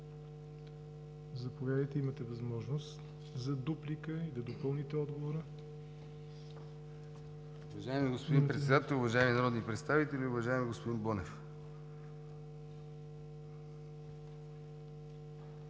заповядайте, имате възможност за дуплика, да допълните отговора.